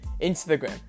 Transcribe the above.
Instagram